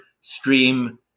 stream